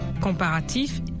comparatif